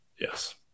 yes